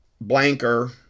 blanker